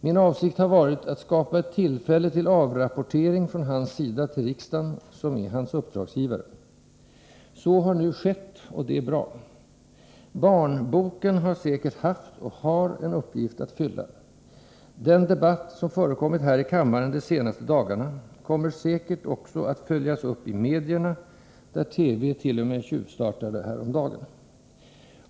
Min avsikt har varit att skapa ett tillfälle till avrapportering från hans sida till riksdagen, som är hans uppdragsgivare. Så har nu skett, och det är bra. Boken ”Barn?” har säkert haft — och har — en uppgift att fylla. Den debatt som förekommit här i kammaren de senaste dagarna kommer säkert också att följas upp i medierna — TV t.o.m. tjuvstartade häromdagen.